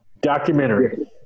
documentary